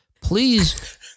please